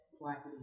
black